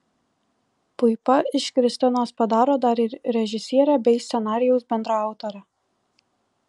puipa iš kristinos padaro dar ir režisierę bei scenarijaus bendraautorę